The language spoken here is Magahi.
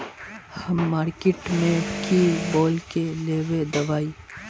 हम मार्किट में की बोल के लेबे दवाई?